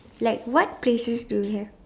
like what places do we have